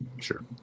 Sure